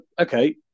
okay